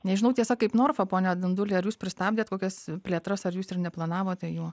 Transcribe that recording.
nežinau tiesa kaip norfa pone dunduli ar jūs pristabdėt kokias plėtras ar jūs ir neplanavote jų